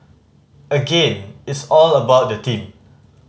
again it's all about the team